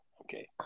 Okay